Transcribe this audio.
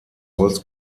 holz